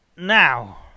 now